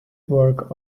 work